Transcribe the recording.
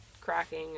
cracking